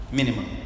Minimum